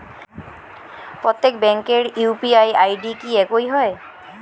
প্রত্যেক ব্যাংকের UPI ID কি একই হয়?